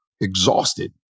exhausted